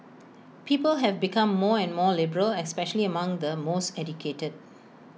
people have become more and more liberal especially among the most educated